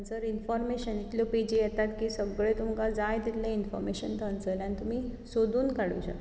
तर इन्फोर्मेशन इतल्यो पेजी येतात की सगळें तुमकां जाय तितलें इन्फोर्मेशन थंयसरल्यान तुमी सोदून काडूं शकतात